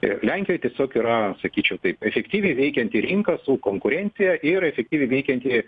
ir lenkijoj tiesiog yra sakyčiau taip efektyviai veikianti rinka su konkurencija ir efektyviai veikianti